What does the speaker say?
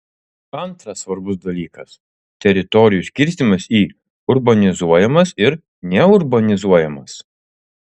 antras svarbus dalykas teritorijų skirstymas į urbanizuojamas ir neurbanizuojamas